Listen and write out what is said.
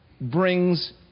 brings